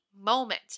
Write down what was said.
moment